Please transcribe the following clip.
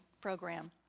program